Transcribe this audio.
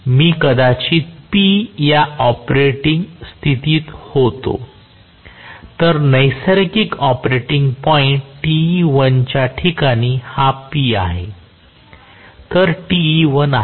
मी कदाचित P या operating स्थितीत होतो तर नैसर्गिक ऑपरेटिंग पॉईंट च्या ठिकाणी हा P आहे तर आहे